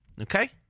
okay